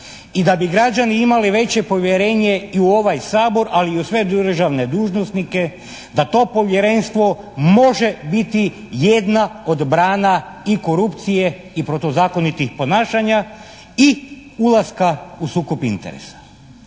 i da bi građani imali veće povjerenje i u ovaj Sabor, ali i u sve državne dužnosnike da to Povjerenstvo može biti jedna od brana i korupcije i protuzakonitih ponašanja i ulaska u sukob interesa.